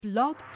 Blog